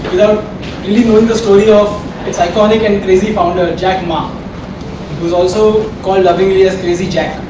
you know really knowing the story of its iconic and crazy founder, jack ma who's also called lovingly as crazy jack